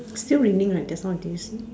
still raining right just now did you see